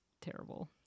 terrible